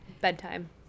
bedtime